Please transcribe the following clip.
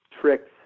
tricks